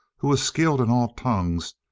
who was skilled in all tongues,